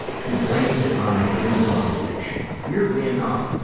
he blames it on a hidden drug addiction. weirdly enough,